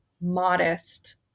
modest